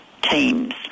Teams